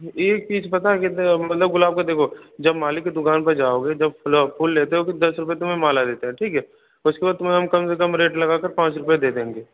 एक पीस पता है कितने का मतलब गुलाब का देखो जब माली की दुकान पर जाओगे जब किलो फूल लेते हो तो दस रुपये तुम्हे माला देता है ठीक है उसके बाद तुम्हारा हम कम से कम रेट लगा कर पाँच रुपये दे देंगे